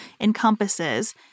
encompasses